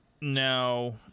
now